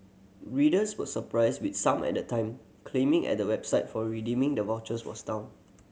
readers were surprised with some at the time claiming at the website for redeeming the vouchers was down